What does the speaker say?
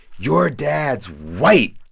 your dad's white.